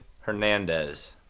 Hernandez